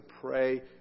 pray